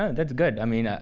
that's good. i mean, ah